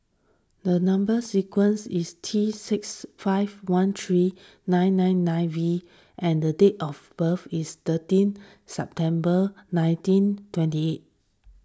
the Number Sequence is T six five one three nine nine nine V and date of birth is thirteen September nineteen twenty eight